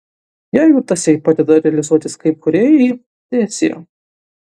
jeigu tas jai padeda realizuotis kaip kūrėjai teesie